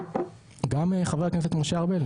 גם חבר הכנסת משה ארבל,